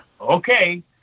Okay